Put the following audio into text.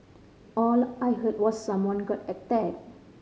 all I heard was someone got attack